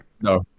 No